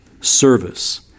service